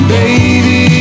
baby